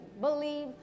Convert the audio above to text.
believe